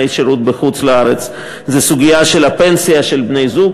שירות בחוץ-לארץ זה הסוגיה של הפנסיה של בני-זוג.